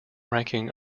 ranking